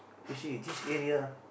you see this area